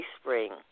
Spring